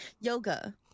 Yoga